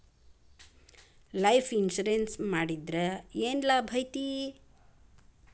Life insurance ಮಾಡ್ಸಿದ್ರ ಏನ್ ಲಾಭೈತಿ?